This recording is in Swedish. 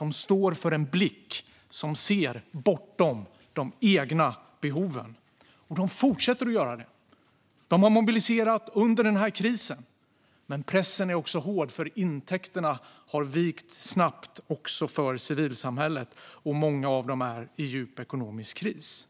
och står för en blick som ser bortom de egna behoven. Och de fortsätter att göra det. De har mobiliserat under den här krisen. Men pressen är också hård, för intäkterna har vikt snabbt också för civilsamhället. Många är i djup ekonomisk kris.